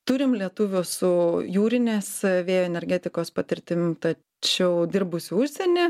turim lietuvių su jūrinės vėjo energetikos patirtim tačiau dirbusių užsieny